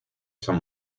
san